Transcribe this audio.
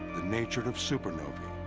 the nature of supernovae,